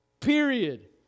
Period